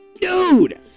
Dude